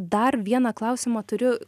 dar vieną klausimą turiu